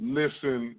listen